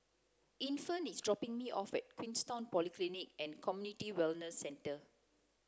infant is dropping me off at Queenstown Polyclinic and Community Wellness Centre